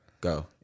Go